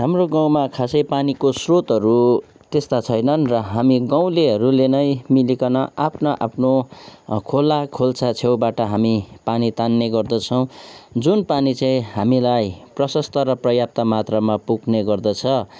हाम्रो गाउँमा खासै पानीको श्रोतहरू त्यस्ता छैनन् र हामी गाउँलेहरूले नै मिलीकन आफ्नो आफ्नो खोला खोल्सा छेउबाट हामी पानी तान्ने गर्दछौँ जुन पानी चाहिँ हामीलाई प्रशस्त र पर्याप्त मात्रामा हामीलाई पुग्ने गर्दछ